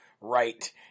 right